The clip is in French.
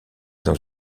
dans